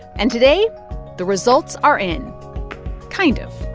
and today the results are in kind of